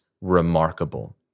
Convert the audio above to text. remarkable